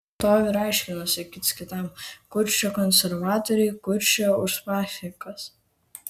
stovi ir aiškinasi kits kitam kur čia konservatoriai kur čia uspaskichas